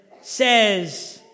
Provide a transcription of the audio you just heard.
says